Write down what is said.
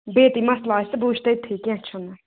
بیٚیہِ تہِ مسلہٕ آسہِ تہٕ بہٕ وٕچھ تٔتھی کیٚنٛہہ چھُنہٕ